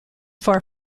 far